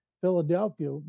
Philadelphia